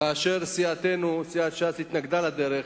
כאשר סיעתנו, סיעת ש"ס התנגדה לדרך,